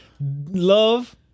Love